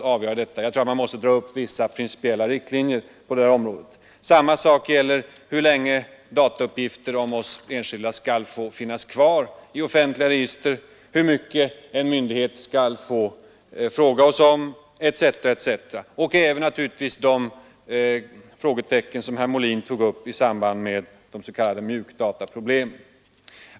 Jag tror att man en gång för alla måste dra upp principiella riktlinjer på detta Detsamma gäller frågor som hur länge datauppgifter om oss enskilda skall få finnas kvar i offentliga register, hur mycket en myndighet skall få fråga oss om, etc. Jag tänker också på de frågetecken i samband med de s.k. mjukdata som herr Molin berörde.